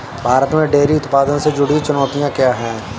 भारत में डेयरी उत्पादन से जुड़ी चुनौतियां क्या हैं?